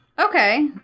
Okay